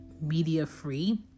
media-free